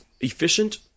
efficient